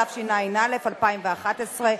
התשע"א 2011,